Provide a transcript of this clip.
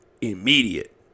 immediate